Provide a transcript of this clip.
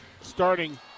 starting